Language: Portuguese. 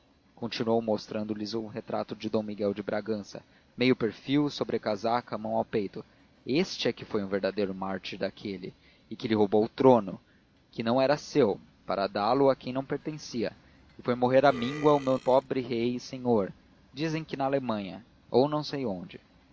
continuou mostrando-lhes um retrato de d miguel de bragança meio perfil sobrecasaca mão ao peito este é que foi um verdadeiro mártir daquele que lhe roubou o trono que não era seu para dá-lo a quem não pertencia e foi morrer à míngua o meu pobre rei e senhor dizem que na alemanha ou não sei onde